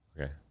Okay